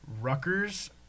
Rutgers